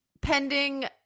pending